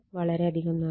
വളരെയധികം നന്ദി